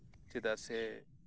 ᱪᱮᱫᱟᱜ ᱥᱮ